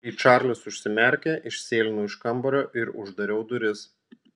kai čarlis užsimerkė išsėlinau iš kambario ir uždariau duris